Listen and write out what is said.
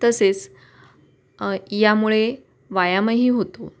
तसेच यामुळे व्यायामही होतो